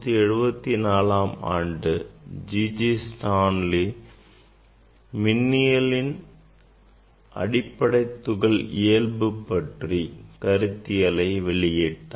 1874ஆம் ஆண்டு G J Stoney மின்னியலின் அடிப்படைத் துகள் இயல்பு பற்றிய கருத்தியலை வெளியிட்டார்